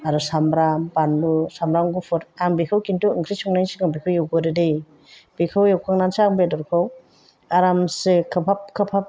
आरो साम्ब्राम बानलु साम्ब्राम गुफुर आं बेखौ किन्तु ओंख्रि संनाय सिगां बेखौ एवग्रोयो दै बेखौ एवखांनानैसो आं बेदरखौ आरामसे खोबहाब खोबहाब